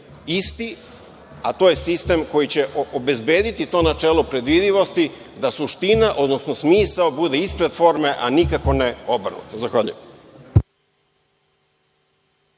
isti, a to je sistem koji će obezbediti to načelo predvidljivosti, da suština, odnosno smisao bude iste forme, a nikako ne obrnuto. Zahvaljujem.